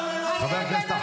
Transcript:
האליטות.